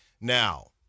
Now